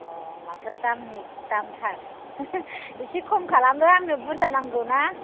अ माथो दामनि दामथार इसे खम खालामदो आंनो बुरजा नांगौना